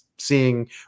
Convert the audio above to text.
seeing